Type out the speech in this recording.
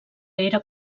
era